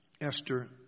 Esther